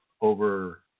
over